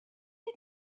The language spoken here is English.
you